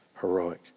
heroic